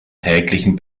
täglichen